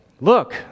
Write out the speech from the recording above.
Look